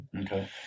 Okay